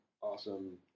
awesome